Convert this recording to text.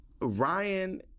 ryan